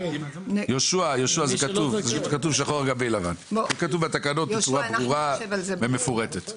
זה כתוב שחור על גבי לבן בצורה ברורה ומפורטת.